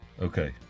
Okay